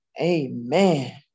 Amen